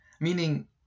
meaning